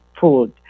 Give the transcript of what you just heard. food